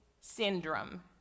syndrome